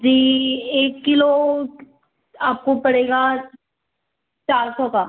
जी एक किलो आपको पड़ेगा चार सौ का